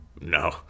No